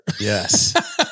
Yes